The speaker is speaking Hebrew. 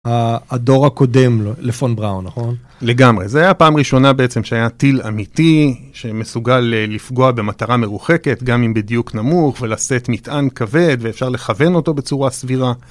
הדור הקודם לפון בראון, נכון? לגמרי, זה היה הפעם הראשונה בעצם שהיה טיל אמיתי, שמסוגל לפגוע במטרה מרוחקת, גם אם בדיוק נמוך, ולשאת מטען כבד ואפשר לכוון אותו בצורה סבירה.